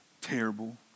Terrible